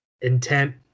intent